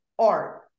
art